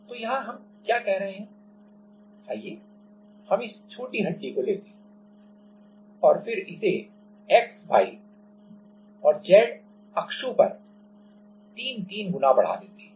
तो यहाँ हम क्या कर रहे हैं आइए हम इस छोटी हड्डी को लेते हैं और फिर इसे x y z अक्षो में 3 गुना बढ़ा देते हैं